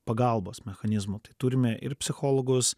pagalbos mechanizmų tai turime ir psichologus